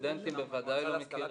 סטודנטים בוודאי לא מכירים.